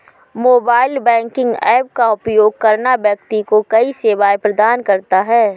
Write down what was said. mobile banking app का उपयोग करना व्यक्ति को कई सेवाएं प्रदान करता है